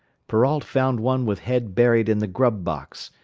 perrault found one with head buried in the grub-box.